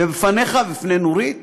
ובפניך, ובפני נורית,